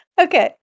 Okay